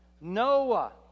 Noah